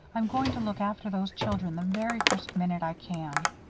i'm going to look after those children the very first minute i can.